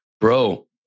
Bro